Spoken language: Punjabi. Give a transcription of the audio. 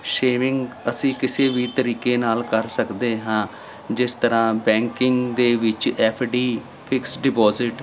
ਸ਼ੇਵਿੰਗ ਅਸੀਂ ਕਿਸੇ ਵੀ ਤਰੀਕੇ ਨਾਲ ਕਰ ਸਕਦੇ ਹਾਂ ਜਿਸ ਤਰ੍ਹਾਂ ਬੈਂਕਿੰਗ ਦੇ ਵਿੱਚ ਐਫ ਡੀ ਫਿਕਸ ਡਿਪੋਜਿਟ